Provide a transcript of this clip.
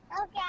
Okay